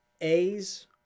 A's